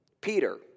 Peter